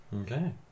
Okay